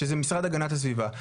שזה המשרד להגנת הסביבה.